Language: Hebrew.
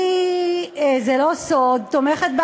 אני, זה לא סוד, תומכת,